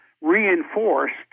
reinforced